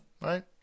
right